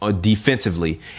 defensively